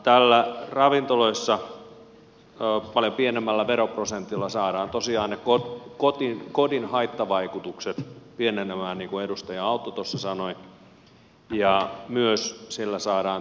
tällä ravintoloissa paljon pienemmällä veroprosentilla saadaan tosiaan ne kodin haittavaikutukset pienenemään niin kuin edustaja autto sanoi ja myös sillä saadaan työllisyyttä tähän maahan